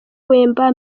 wemba